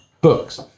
books